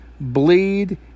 bleed